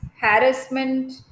harassment